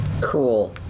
Cool